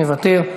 מוותר.